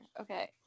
Okay